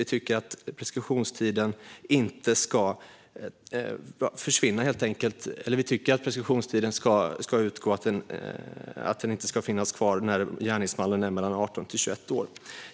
Vi tycker att inte att preskriptionstiden ska finnas kvar när gärningsmannen är mellan 18 och 21 år.